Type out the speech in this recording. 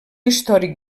històric